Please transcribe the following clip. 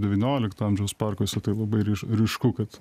devyniolikto amžiaus parkuose tai labai ryšku kad